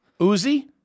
Uzi